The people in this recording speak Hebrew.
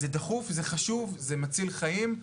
זה דחוף, זה חשוב, זה מציל חיים.